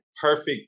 perfect